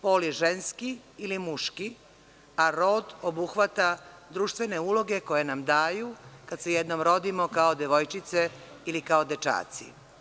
Pol je ženski ili muški, a rod obuhvata društvene uloge koje nam daju kad se jednom rodimo kao devojčice ili kao dečaci.